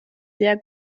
sehr